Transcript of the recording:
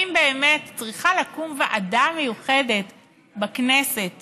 האם באמת צריכה לקום ועדה מיוחדת בכנסת